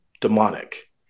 demonic